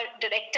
director